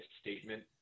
statement